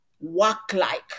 work-like